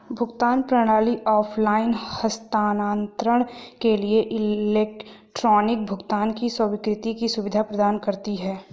भुगतान प्रणाली ऑफ़लाइन हस्तांतरण के लिए इलेक्ट्रॉनिक भुगतान की स्वीकृति की सुविधा प्रदान करती है